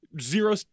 zero